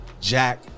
Jack